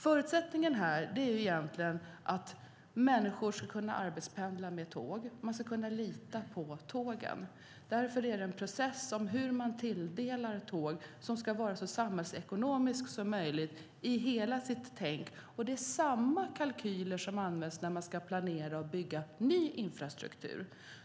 Förutsättningen här är att människor ska kunna arbetspendla med tåg och kunna lita på tågen. Därför är det en process hur man tilldelar tåg som ska vara så samhällsekonomisk som möjligt i hela tänket. Det är samma kalkyler som används när man ska planera och bygga ny infrastruktur.